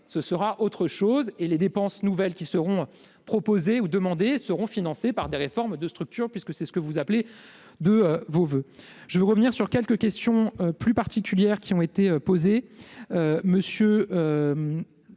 ce sera autre chose, et les dépenses nouvelles qui seront proposées ou demander seront financés par des réformes de structure puisque c'est ce que vous appelez de vos voeux, je veux revenir sur quelques questions plus particulière qui ont été posées,